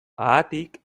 haatik